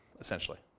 essentially